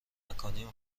نکنیم